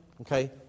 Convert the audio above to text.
Okay